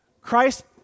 Christ